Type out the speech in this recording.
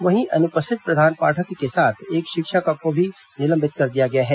वहीं अनुपस्थित प्रधान पाठक के साथ एक शिक्षिका को भी निलंबित कर दिया गया है